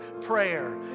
prayer